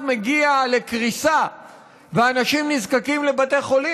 מגיע לקריסה ואנשים נזקקים לבתי החולים,